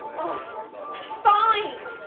oh fine.